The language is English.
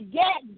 get